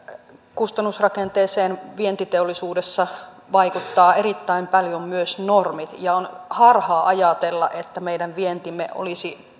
kustannusrakenteeseen vientiteollisuudessa vaikuttavat erittäin paljon myös normit ja on harhaa ajatella että meidän vientimme olisi